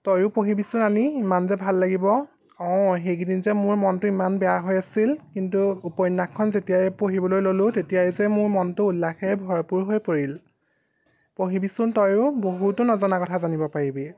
তয়ো পঢ়িবিচোন আনি ইমান যে ভাল লাগিব অঁ সেইকিদিন যে মোৰ মনটো ইমান বেয়া হৈ আছিল কিন্তু উপন্যাসখন যেতিয়াই পঢ়িবলৈ ল'লোঁ তেতিয়াই যে মোৰ মনটো উল্লাসেৰে ভৰপূৰ হৈ পৰিল পঢ়িবিচোন তয়ো বহুতো নজনা কথা জানিব পাৰিবি